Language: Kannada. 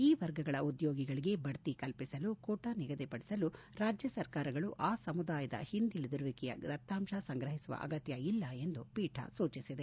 ಈ ವರ್ಗಗಳ ಉದ್ಯೋಗಿಗಳಿಗೆ ಬಡ್ತಿ ಕಲ್ಲಿಸಲು ಕೋಟಾ ನಿಗದಿಪಡಿಸಲು ರಾಜ್ಯ ಸರ್ಕಾರಗಳು ಆ ಸಮುದಾಯದ ಹಿಂದುಳದಿರುವಿಕೆಯ ದತ್ತಾಂಶ ಸಂಗಹಿಸುವ ಅಗತ್ತವಿಲ್ಲ ಎಂದು ಪೀಠ ಸೂಚಿಸಿದೆ